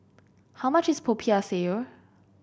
how much is Popiah Sayur